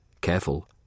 Careful